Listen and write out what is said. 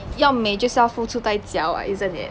要美就是要付出代价 [what] isn't it